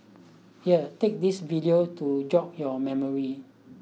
here take this video to jog your memory